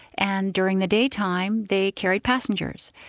and during the daytime, they carried passengers.